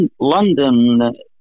London